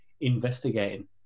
investigating